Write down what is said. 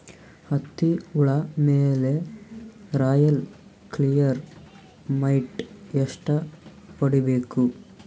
ಹತ್ತಿ ಹುಳ ಮೇಲೆ ರಾಯಲ್ ಕ್ಲಿಯರ್ ಮೈಟ್ ಎಷ್ಟ ಹೊಡಿಬೇಕು?